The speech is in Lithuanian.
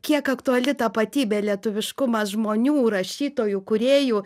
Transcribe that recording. kiek aktuali tapatybė lietuviškumas žmonių rašytojų kūrėjų